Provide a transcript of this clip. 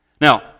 Now